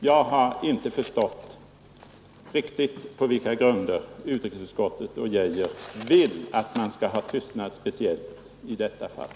Jag har inte förstått på vilka grunder utrikesutskottet och herr Geijer vill att man skall iaktta tystnad speciellt i detta fall.